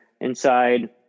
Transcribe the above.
inside